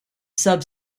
sub